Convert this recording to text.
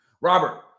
Robert